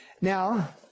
Now